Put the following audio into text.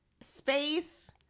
space